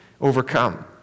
overcome